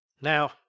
Now